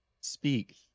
speak